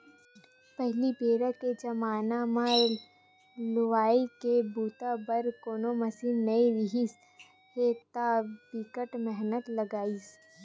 पहिली बेरा के जमाना म लुवई के बूता बर कोनो मसीन नइ रिहिस हे त बिकट मेहनत लागय